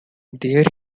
there